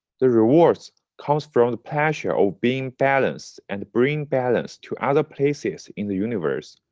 the rewards come from the pleasure of being balanced and bring balance to other places in the universe.